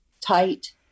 tight